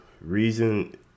reason